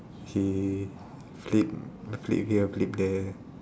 he flip flip here flip there